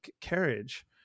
carriage